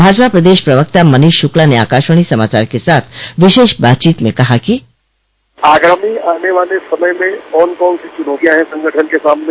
भाजपा प्रदेश पवक्ता मनीष श्र्क्ला ने आकाशवाणी समाचार के साथ विशेष बातचीत में कहा बाइट आगामी आने वाले समय में कौन सी चुनौतिया है संगठन के सामने